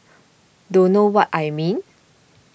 don't know what I mean